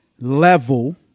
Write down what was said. level